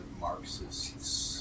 Marxists